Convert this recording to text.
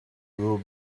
will